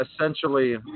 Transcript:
essentially